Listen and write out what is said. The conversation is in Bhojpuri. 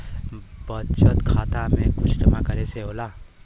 बचत खाता मे कुछ जमा करे से होला?